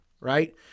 right